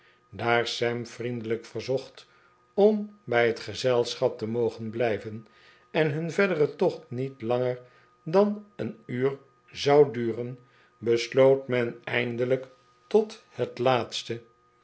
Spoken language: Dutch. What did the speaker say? daar sam vriendelijk verzocht om bij het gezelschap te mogen blijven en hun verdere tocht niet langer dan een uur zou duren besloot men eindelijk tot het laatste